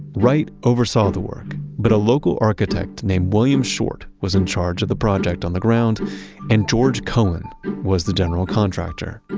wright oversaw the work. but a local architect named william short was in charge of the project on the ground and george cohen was the general contractor.